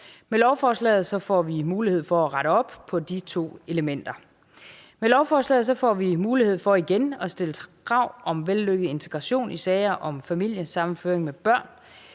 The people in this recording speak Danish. Med lovforslaget får vi mulighed for at rette op på de to elementer. Med lovforslaget får vi altså mulighed for igen at stille krav om vellykket integration i sager om familiesammenføring med børn.